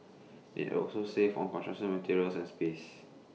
IT also save on construction materials and space